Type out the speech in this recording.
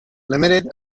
limited